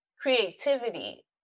creativity